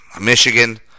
Michigan